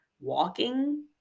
walking